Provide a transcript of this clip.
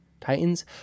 titans